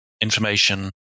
information